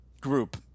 group